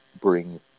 bring